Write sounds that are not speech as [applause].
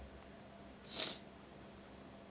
[breath]